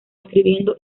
escribiendo